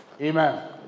Amen